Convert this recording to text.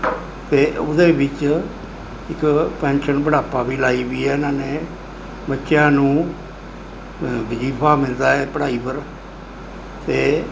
ਅਤੇ ਉਹਦੇ ਵਿੱਚ ਇੱਕ ਪੈਨਸ਼ਨ ਬੁਢਾਪਾ ਵੀ ਲਾਈ ਵੀ ਹੈ ਇਹਨਾਂ ਨੇ ਬੱਚਿਆਂ ਨੂੰ ਅ ਵਜ਼ੀਫਾ ਮਿਲਦਾ ਹੈ ਪੜ੍ਹਾਈ ਪਰ ਅਤੇ